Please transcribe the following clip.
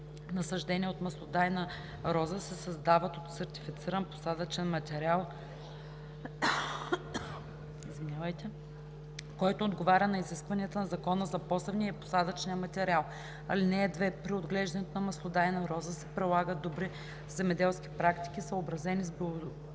Насаждения от маслодайна роза се създават от сертифициран посадъчен материал, който отговаря на изискванията на Закона за посевния и посадъчния материал. (2) При отглеждането на маслодайна роза се прилагат добри земеделски практики, съобразени с биологичните